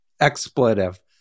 expletive